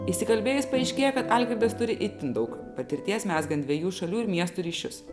įsikalbėjus paaiškėjo kad arvydas turi itin daug patirties mezgant dviejų šalių ir miestų ryšius